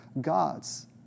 gods